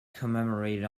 commemorated